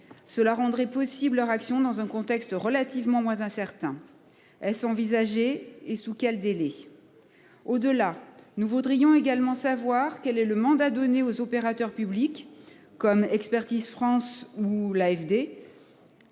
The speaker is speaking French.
cela rendrait possible leur action dans un contexte relativement moins incertain. Elles sont envisagées et sous quel délai. Au au-delà nous voudrions également savoir quel est le mandat donné aux opérateurs publics comme expertise France ou l'AfD.